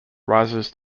rises